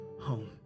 home